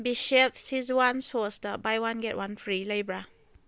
ꯕꯤꯁꯦꯞ ꯁꯤꯖꯋꯥꯟ ꯁꯣꯁꯇ buy one get one free ꯂꯩꯕ꯭ꯔꯥ